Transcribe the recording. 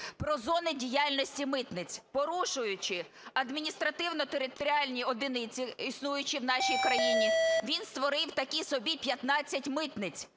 про зони діяльності митниць. Порушуючи адміністративно-територіальні одиниці існуючі в нашій країні, він створив такі собі 15 митниць,